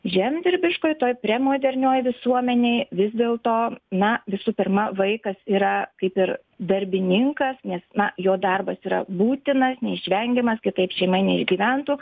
žemdirbiškoj toj premodernioj visuomenėj vis dėl to na visų pirma vaikas yra kaip ir darbininkas nes na jo darbas yra būtinas neišvengiamas kitaip šeima neišgyventų